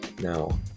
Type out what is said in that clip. Now